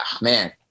man